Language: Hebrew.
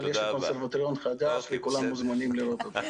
אבל יש לי קונסרבטוריון חדש אז כולם מוזמנים לראות אותו.